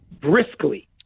briskly